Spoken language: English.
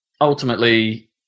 ultimately